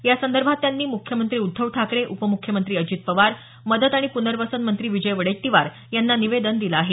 यासंदर्भात त्यांनी मुख्यमंत्री उध्दव ठाकरे उपमुख्यमंत्री अजित पवार मदत आणि प्नर्वसन मंत्री विजय वडेट्टीवार यांना निवेदन दिलं आहे